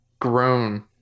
grown